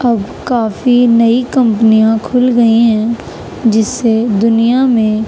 اب کافی نئی کمپنیاں کھل گئیں ہیں جس سے دنیا میں